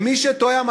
למי שתוהה,